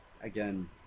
again